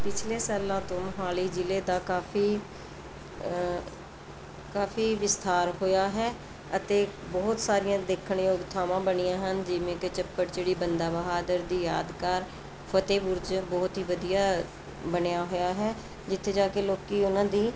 ਪਿਛਲੇ ਸਾਲਾਂ ਤੋਂ ਮੋਹਾਲੀ ਜ਼ਿਲ੍ਹੇ ਦਾ ਕਾਫ਼ੀ ਕਾਫ਼ੀ ਵਿਸਥਾਰ ਹੋਇਆ ਹੈ ਅਤੇ ਬਹੁਤ ਸਾਰੀਆਂ ਦੇਖਣ ਯੋਗ ਥਾਵਾਂ ਬਣੀਆਂ ਹਨ ਜਿਵੇਂ ਕਿ ਚੱਪੜਚਿੜੀ ਬੰਦਾ ਬਹਾਦਰ ਦੀ ਯਾਦਗਾਰ ਫ਼ਤਿਹ ਬੁਰਜ ਬਹੁਤ ਹੀ ਵਧੀਆ ਬਣਿਆ ਹੋਇਆ ਹੈ ਜਿੱਥੇ ਜਾ ਕੇ ਲੋਕੀਂ ਉਹਨਾਂ ਦੀ